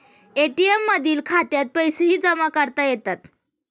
ATM मधील खात्यात पैसेही जमा करता येतात